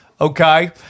Okay